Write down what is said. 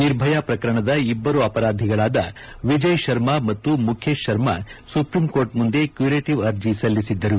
ನಿರ್ಭಯ ಶ್ರಕರಣದ ಇಬ್ಲರು ಅಪರಾಧಿಗಳಾದ ವಿಜಯ್ ಶರ್ಮಾ ಮತ್ತು ಮುಖೇಶ್ ಶರ್ಮಾ ಸುಪ್ರೀಂ ಕೋರ್ಟ್ ಮುಂದೆ ಕ್ಲೂರಿಟಿವ್ ಅರ್ಜಿ ಸಲ್ಲಿಸಿದ್ದರು